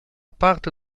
parte